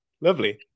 Lovely